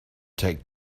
take